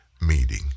meeting